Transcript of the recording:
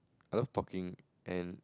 I love talking and